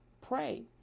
Pray